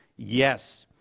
yes.